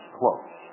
close